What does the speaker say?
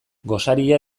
gosaria